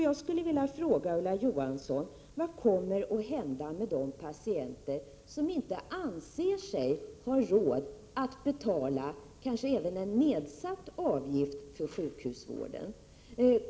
Jag skulle vilja fråga Ulla Johansson: Vad kommer att hända med de Prot. 1987/88:115 patienter som inte anser sig ha råd att betala kanske även en nedsatt avgift för 5 maj 1988 sjukhusvården?